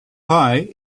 pie